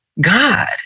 God